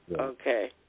Okay